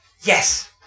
Yes